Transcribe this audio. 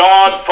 God